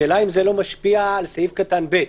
השאלה אם זה לא משפיע על סעיף קטן (ב),